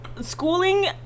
Schooling